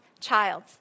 child